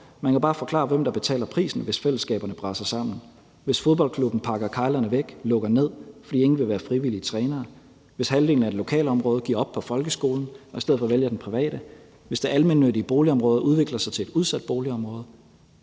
Man kan bare forklare, hvem der betaler prisen, hvis fællesskaberne braser sammen; hvis fodboldklubben pakker keglerne væk og lukker ned, fordi ingen vil være frivillige trænere; hvis halvdelen af et lokalområde giver op over for folkeskolen og i stedet for vælger den private; eller hvis det almennyttige boligområde udvikler sig til et udsat boligområde.